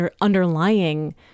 underlying